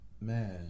Man